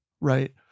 right